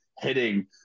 Hitting